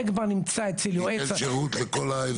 זה כבר נמצא אצל יועץ שייתן שרות לכל האזור.